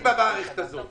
אתה --- במערכת הזאת.